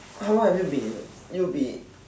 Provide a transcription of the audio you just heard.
how long have you been in U_B